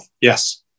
yes